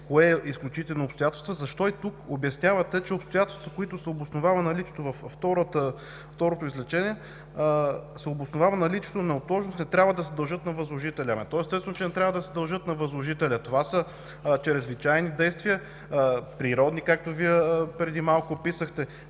кое е изключително обстоятелство, защо и тук обяснявате, че обстоятелства, които се обосновават във второто изречение, се обосновават на лична неотложност, не трябва да се дължат на възложителя. Естествено, че не трябва да се дължат на възложителя. Това са чрезвичайни действия, природни – както преди малко описахте.